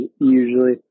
usually